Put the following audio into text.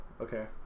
Okay